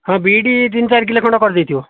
ହଁ ବିଟ ତିନି ଚାରି କିଲୋ ଖଣ୍ଡେ କରିଦେଇଥିବ